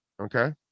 Okay